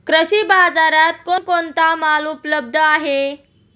कृषी बाजारात कोण कोणता माल उपलब्ध आहे?